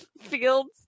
Fields